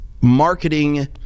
marketing